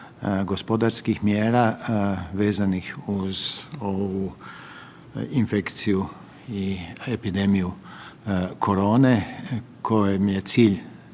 gospodarskih mjera vezanih uz ovu infekciju i epidemiju korone kojoj je cilj